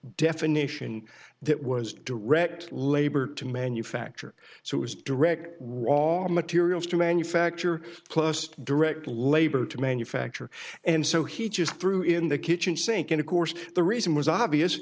definition that was direct labor to manufacture so it was direct all materials to manufacture plus direct labor to manufacture and so he just threw in the kitchen sink and of course the reason was obvious